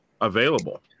available